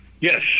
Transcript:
yes